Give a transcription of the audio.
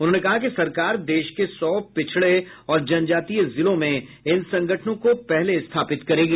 उन्होंने कहा कि सरकार देश के सौ पिछड़े और जनजातीय जिलों में इन संगठनों को पहले स्थापित करेगी